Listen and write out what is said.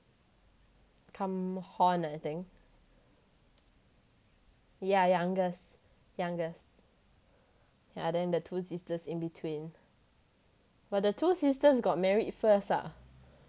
kumhon I think yeah youngest youngest yeah then the two sisters in between but the two sisters got married first ah